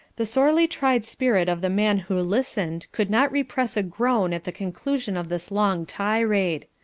the sorely tried spirit of the man who listened could not repress a groan at the conclusion of this long tirade.